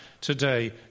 today